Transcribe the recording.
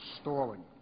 stalling